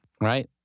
right